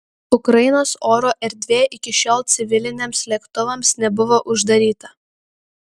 ukrainos oro erdvė iki šiol civiliniams lėktuvams nebuvo uždaryta